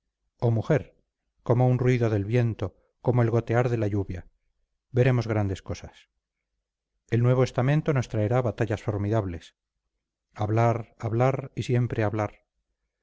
o mujer como un ruido del viento como el gotear de la lluvia veremos grandes cosas el nuevo estamento nos traerá batallas formidables hablar hablar y siempre hablar